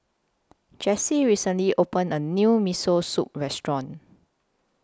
Jessy recently opened A New Miso Soup Restaurant